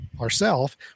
ourself